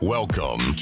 Welcome